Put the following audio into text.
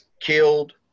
killed